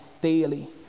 daily